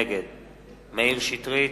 נגד מאיר שטרית,